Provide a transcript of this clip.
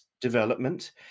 development